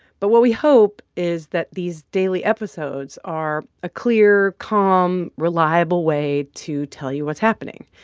but what we hope is that these daily episodes are a clear, calm, reliable way to tell you what's happening.